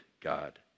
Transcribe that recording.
God